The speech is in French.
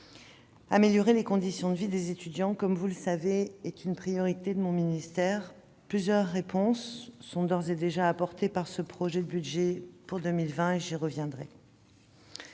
Améliorer les conditions de vie des étudiants est une priorité de mon ministère. Plusieurs réponses sont d'ores et déjà apportées par le projet de budget pour 2020. J'y reviendrai.